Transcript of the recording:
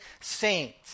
saint